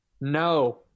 No